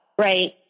right